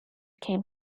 came